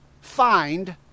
Find